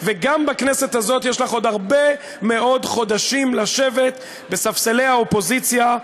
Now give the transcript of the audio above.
גם בכנסת הזאת יש לך עוד הרבה מאוד חודשים לשבת בספסלי האופוזיציה,